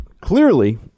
clearly